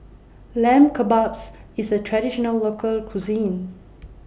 Lamb Kebabs IS A Traditional Local Cuisine